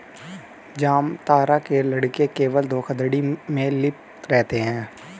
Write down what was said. जामतारा के लड़के केवल धोखाधड़ी में लिप्त रहते हैं